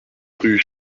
rue